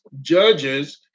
Judges